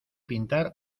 pintar